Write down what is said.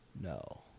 no